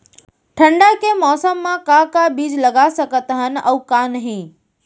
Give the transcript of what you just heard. ठंडा के मौसम मा का का बीज लगा सकत हन अऊ का नही?